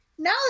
Now